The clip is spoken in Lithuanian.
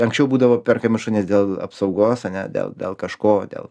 anksčiau būdavo perkami šunys dėl apsaugos ane dėl dėl kažko dėl